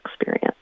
experience